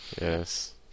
Yes